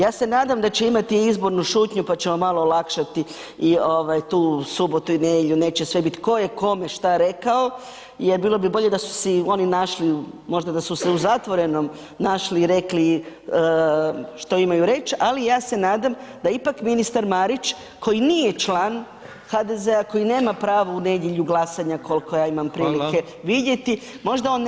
Ja se nadam da će imati izbornu šutnju pa ćemo malo olakšati i ovaj tu subotu i nedjelju neće sve bit tko je kome šta rekao jer bilo bi bolje da su si oni našli, možda da su se u zatvorenom našli i rekli što imaju reći, ali ja se nadam da ipak ministar Marić koji nije član HDZ-a, koji nema pravo u nedjelju glasanja koliko ja imam prilike [[Upadica: Hvala.]] vidjeti, možda on nešto radi.